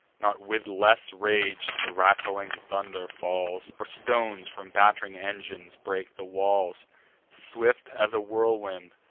not with less rage the rattling thunder falls, or stones from batt'ring-engines break the walls swift as a whirlwind,